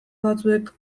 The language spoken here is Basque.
batzuek